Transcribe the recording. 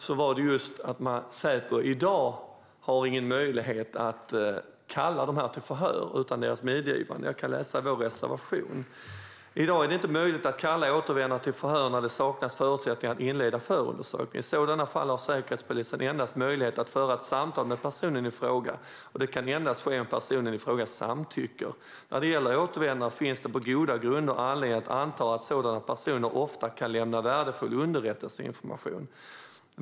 Säpo har i dag ingen möjlighet att kalla dessa till förhör utan deras medgivande. Jag kan läsa ur vår reservation: I dag är det inte möjligt att kalla återvändande till förhör när det saknas förutsättningar att inleda förundersökning. I sådana fall har säkerhetspolisen endast möjlighet att föra ett samtal med personen i fråga, och det kan endast ske om personen i fråga samtycker. När det gäller återvändande finns det på goda grunder anledning att anta att sådana personer ofta kan lämna värdefull underrättelseinformation.